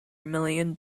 million